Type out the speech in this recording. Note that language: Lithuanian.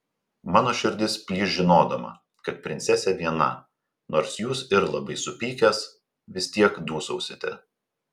mano širdis plyš žinodama kad princesė viena nors jūs ir labai supykęs vis tiek dūsausite